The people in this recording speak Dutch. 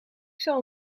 zal